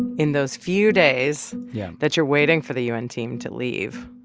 in those few days yeah that you're waiting for the u n. team to leave,